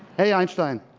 hey, einstein,